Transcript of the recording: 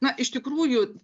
na iš tikrųjų